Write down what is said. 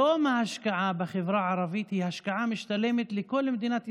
היום ההשקעה בחברה הערבית היא השקעה משתלמת לכל מדינת ישראל.